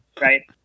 right